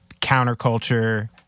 counterculture